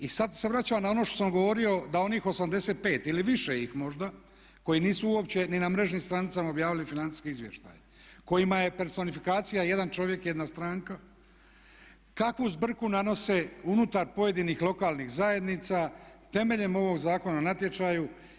I sada se vraćam na ono što sam govorio da onih 85 ili više ih možda koji nisu uopće ni na mrežnim stranicama objavili financijske izvještaje, kojima je personifikacija jedan čovjek, jedna stranka, kakvu zbrku nanose unutar pojedinih lokalnih zajednica temeljem ovog Zakona o natječaju.